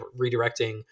redirecting